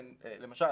למשל,